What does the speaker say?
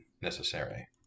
necessary